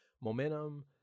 Momentum